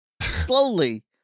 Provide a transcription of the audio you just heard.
slowly